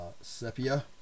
sepia